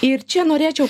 ir čia norėčiau